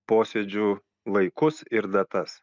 posėdžių laikus ir datas